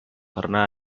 karena